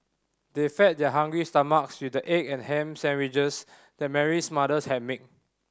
they fed their hungry stomachs with the egg and ham sandwiches that Mary's mother had made